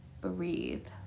breathe